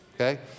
okay